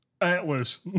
Atlas